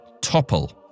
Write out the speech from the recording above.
topple